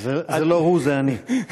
זה לא הוא, זה אני.